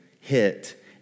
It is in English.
hit